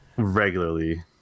regularly